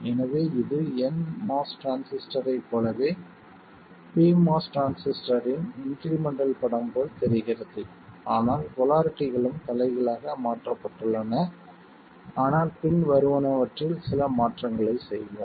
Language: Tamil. எனவே இது nMOS டிரான்சிஸ்டரைப் போலவே pMOS டிரான்சிஸ்டரின் இன்க்ரிமெண்டல் படம் போல் தெரிகிறது ஆனால் போலாரிட்டிகளும் தலைகீழாக மாற்றப்பட்டுள்ளன ஆனால் பின்வருவனவற்றில் சில மாற்றங்களைச் செய்வோம்